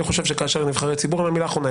ואני חושב שכאשר נבחרי ציבור הם המילה האחרונה,